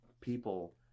people